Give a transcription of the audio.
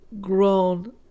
grown